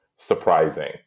surprising